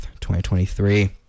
2023